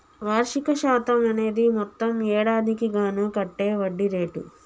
వార్షిక శాతం అనేది మొత్తం ఏడాదికి గాను కట్టే వడ్డీ రేటు